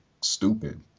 stupid